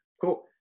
cool